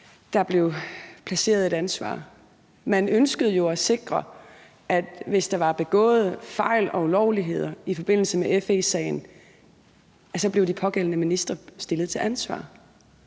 der blev placeret et ansvar. Man ønskede jo at sikre, at hvis der var begået fejl og ulovligheder i forbindelse med FE-sagen, ville de pågældende ministre blive stillet til ansvar.